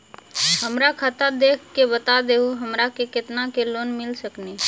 हमरा खाता देख के बता देहु हमरा के केतना के लोन मिल सकनी?